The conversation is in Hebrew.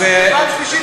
ודבר שלישי,